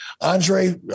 andre